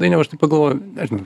dainiau aš taip pagalvojau nežinau